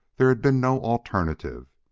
there had been no alternative.